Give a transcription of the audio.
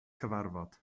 cyfarfod